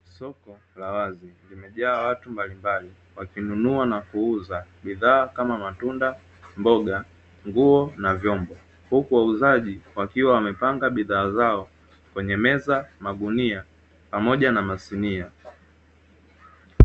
Soko la wazi limejaa watu mbalimbali wakinunua na kuuza bidhaa kama: matunda, mboga, nguo na vyombo; huku wauzaji wakiwa wamepanga bidhaa zao kwenye: meza, magunia pamoja na masinia.